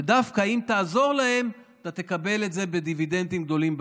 ודווקא אם תעזור להם אתה תקבל את זה בדיבידנדים גדולים בהמשך.